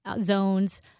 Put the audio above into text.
zones